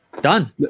done